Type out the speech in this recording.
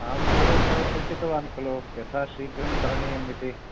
अहं पूर्वम् एव सूचितवान् खलु यथाशीघ्रं करणीयम् इति